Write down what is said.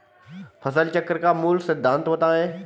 फसल चक्र का मूल सिद्धांत बताएँ?